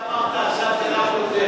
שאמרת עכשיו זה רק כותרת.